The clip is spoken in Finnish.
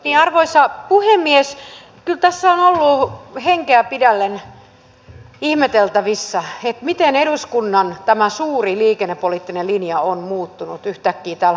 kyllä tässä on pitänyt henkeä pidätellen ihmetellä miten eduskunnan tämä suuri liikennepoliittinen linja on muuttunut yhtäkkiä tällä hallituskaudella